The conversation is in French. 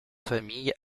familles